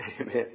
Amen